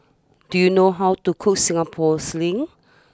do you know how to cook Singapore sling